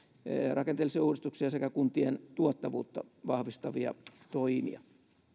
rakenteellisia uudistuksia sekä kuntien tuottavuutta vahvistavia toimia